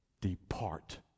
Depart